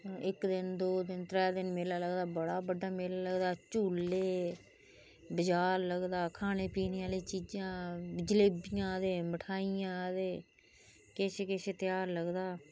इक दिन दो दिन त्रै दिन मेला लगदा बड़ा बड्डा मेला लगदा झूले बजार लगदा खाने पीने आहली चीजा जलेबियां ते मठियां ते किश किश त्योहार लगदा